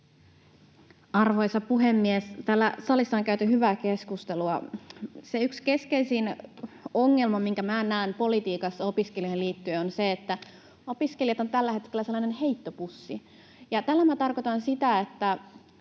Arvoisa puhemies! Täällä salissa on käyty hyvää keskustelua. Se yksi keskeisin ongelma, minkä näen politiikassa opiskelijoihin liittyen, on se, että opiskelijat ovat tällä hetkellä sellainen heittopussi, ja tällä tarkoitan sitä, että